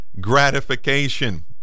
gratification